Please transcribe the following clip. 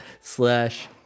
slash